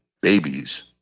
babies